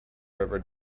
river